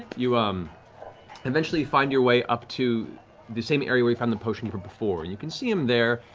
you um eventually find your way up to the same area where you found the potions from before. you can see him there,